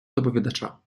доповідача